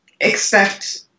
expect